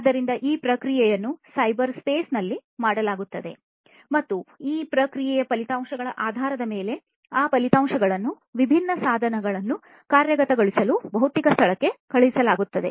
ಆದ್ದರಿಂದ ಈ ಪ್ರಕ್ರಿಯೆಯನ್ನು ಸೈಬರ್ ಸ್ಪೇಸ್ನಲ್ಲಿ ಮಾಡಲಾಗುತ್ತದೆ ಮತ್ತು ಈ ಪ್ರಕ್ರಿಯೆಯ ಫಲಿತಾಂಶಗಳ ಆಧಾರದ ಮೇಲೆ ಆ ಫಲಿತಾಂಶಗಳನ್ನು ವಿಭಿನ್ನ ಸಾಧನಗಳನ್ನು ಕಾರ್ಯಗತಗೊಳಿಸಲು ಭೌತಿಕ ಸ್ಥಳಕ್ಕೆ ಕಳುಹಿಸಲಾಗುತ್ತದೆ